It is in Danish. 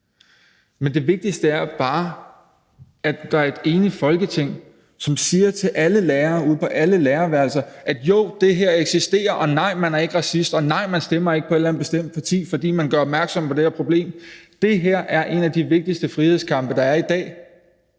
men det vigtigste er bare, at der er et enigt Folketing, som siger til alle lærere ude på alle lærerværelser: Jo, det her eksisterer, og nej, man er ikke racist, og nej, man stemmer ikke på et eller andet bestemt parti, fordi man gør opmærksom på det her problem. Det her er en af de vigtigste frihedskampe, der er i dag.